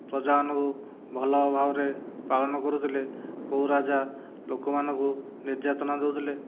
ପ୍ରଜାମାନଙ୍କୁ ଭଲ ଭାବରେ ପାଳନ କରୁଥିଲେ କେଉଁ ରାଜା ଲୋକମାନଙ୍କୁ ନିର୍ଯାତନା ଦେଉଥିଲେ